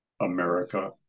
America